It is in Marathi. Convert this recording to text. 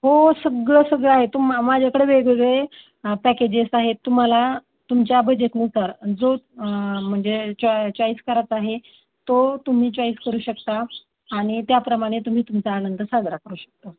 हो सगळं सगळं आहे तुम माझ्याकडे वेगवेगळे पॅकेजेस आहेत तुम्हाला तुमच्या बजेटनुसार जो म्हणजे चॉ चॉईस कराचा आहे तो तुम्ही चॉईस करू शकता आणि त्याप्रमाणे तुम्ही तुमचा आनंद साजरा करू शकता